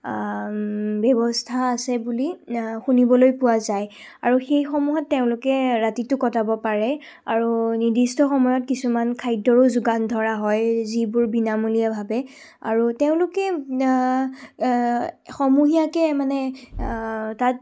ব্যৱস্থা আছে বুলি শুনিবলৈ পোৱা যায় আৰু সেইসমূহত তেওঁলোকে ৰাতিটো কটাব পাৰে আৰু নিৰ্দিষ্ট সময়ত কিছুমান খাদ্যৰো যোগান ধৰা হয় যিবোৰ বিনামূলীয়াভাৱে আৰু তেওঁলোকে সমূহীয়াকৈ মানে তাত